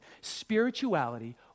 Spirituality